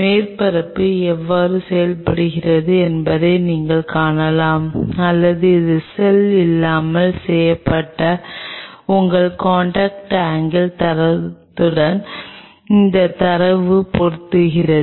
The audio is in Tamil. மேற்பரப்பு எவ்வாறு செயல்படுகிறது என்பதை நீங்கள் காணலாம் அல்லது இது செல் இல்லாமல் செய்யப்பட்ட உங்கள் காண்டாக்ட் ஆங்கில் தரவுடன் இந்த தரவு பொருந்துகிறது